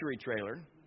trailer